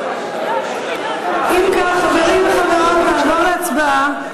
אם כך, חברים וחברות, נעבור להצבעה.